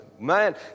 Man